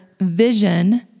vision